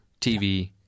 TV